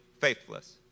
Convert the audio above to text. faithless